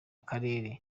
akarere